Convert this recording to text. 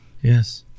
Yes